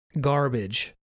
garbage